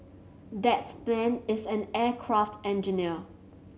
that man is an aircraft engineer